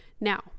Now